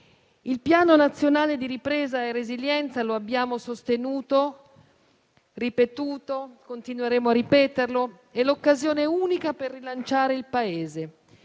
Il Piano nazionale di ripresa e resilienza - lo abbiamo sostenuto, ripetuto e continueremo a ripeterlo - è un'occasione unica per rilanciare il Paese,